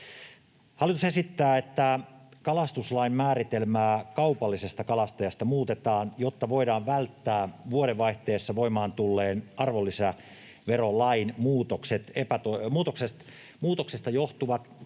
Hallitus esittää, että kalastuslain määritelmää kaupallisesta kalastajasta muutetaan, jotta voidaan välttää vuodenvaihteessa voimaan tulleen arvonlisäverolain muutoksesta johtuvat epätoivotut